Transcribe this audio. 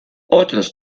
otros